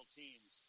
teams